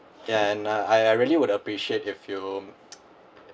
and I I really would appreciate if you